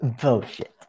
Bullshit